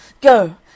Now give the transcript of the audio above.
Go